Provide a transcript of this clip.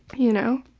you know?